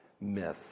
myth